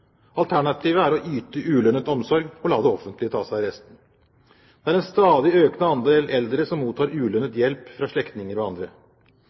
Alternativet er å yte ulønnet omsorg og la det offentlige ta seg av resten. Det er en stadig økende andel eldre som mottar ulønnet hjelp fra slektninger og andre.